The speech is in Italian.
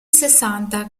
sessanta